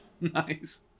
nice